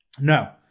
No